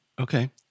Okay